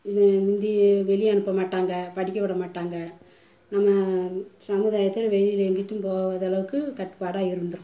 இது முந்தி வெளியே அனுப்ப மாட்டாங்க படிக்க விட மாட்டாங்க நம்ம சமுதாயத்தில் வெளியில் எங்குட்டும் போகாத அளவுக்கு கட்டுப்பாடாக இருந்திருக்கோம்